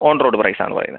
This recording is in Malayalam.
ഓൺറോഡ് പ്രൈസാണ് പറയുന്നത്